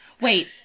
Wait